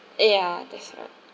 eh ya that's right